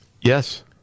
Yes